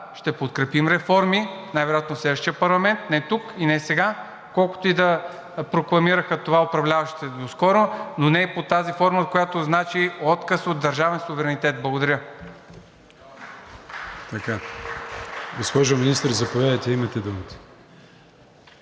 ще подкрепим реформи, най-вероятно в следващия парламент – не тук и не сега, колкото и да прокламираха това управляващите до скоро, но не и под тази форма, която значи отказ от държавен суверенитет. Благодаря. ПРЕДСЕДАТЕЛ АТАНАС АТАНАСОВ: Госпожо Министър, заповядайте – имате думата.